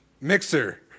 Mixer